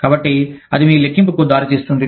కాబట్టి అది మీ లెక్కింపుకు దారితీస్తుంది